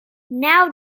now